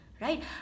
right